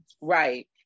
Right